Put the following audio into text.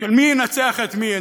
של מי ינצח את מי.